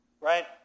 right